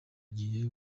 agiye